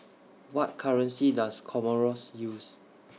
What currency Does Comoros use